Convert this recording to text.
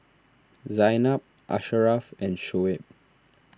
Zaynab Asharaff and Shoaib